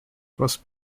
was